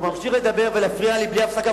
הוא ממשיך לדבר ולהפריע לי בלי הפסקה,